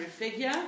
figure